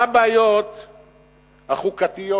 מה הבעיות החוקתיות,